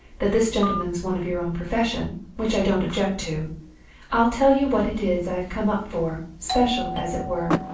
that this gentleman's one of your own profession, which i don't object to i'll tell you what it is i've come up for, special, as it were,